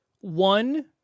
One